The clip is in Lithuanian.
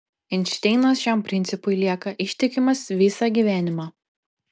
einšteinas šiam principui lieka ištikimas visą gyvenimą